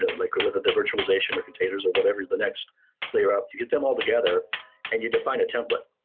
but like with the virtualization or containers or whatever the next layer up. you get them altogether and you define a template.